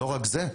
לא רק זה,